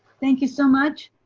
thank you so much.